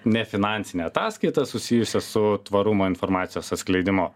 ne finansinę ataskaitą susijusią su tvarumo informacijos atskleidimu